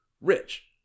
rich